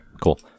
cool